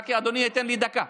רק אדוני ייתן לי דקה.